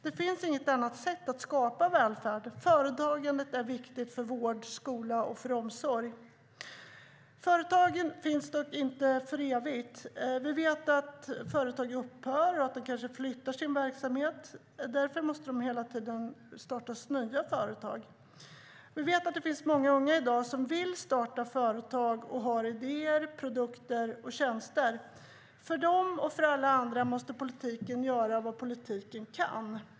Det finns inget annat sätt att skapa välfärd. Företagandet är viktigt för vård, för skola och för omsorg. Företagen finns dock inte för evigt. Vi vet att företag upphör och att de kanske flyttar sin verksamhet. Därför måste det hela tiden startas nya företag. Vi vet att det finns många unga i dag som vill starta företag och som har idéer, produkter och tjänster. För dem och för alla andra måste politiken göra vad politiken kan.